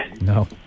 No